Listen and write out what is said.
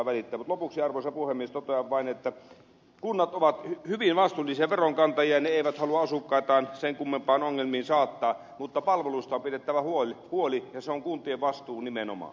mutta lopuksi arvoisa puhemies totean vain että kunnat ovat hyvin vastuullisia veronkantajia ja ne eivät halua asukkaitaan sen kummempiin ongelmiin saattaa mutta palveluista on pidettävä huoli ja se on kuntien vastuu nimenomaan